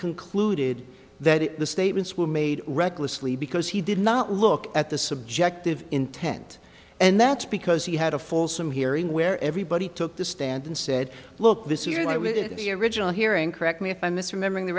concluded that the statements were made recklessly because he did not look at the subjective intent and that's because he had a fulsome hearing where everybody took the stand and said look this year in your original hearing correct me if i'm misremembering the